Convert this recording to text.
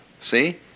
see